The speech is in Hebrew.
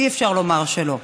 אי-אפשר לומר שלא.